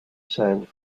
sailed